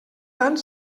tant